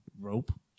Rope